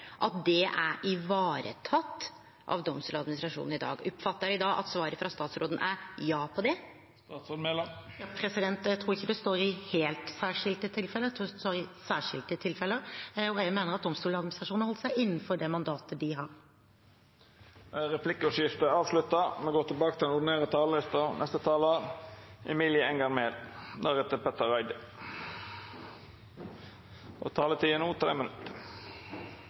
at det er vareteke av Domstoladministrasjonen i dag? Oppfattar eg at svaret frå statsråden er ja på det? Jeg tror ikke det står i helt særskilte tilfeller – jeg tror det står i særskilte tilfeller. Jeg mener at Domstoladministrasjonen har holdt seg innenfor det mandatet de har. Replikkordskiftet er avslutta.